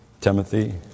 Timothy